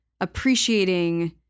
appreciating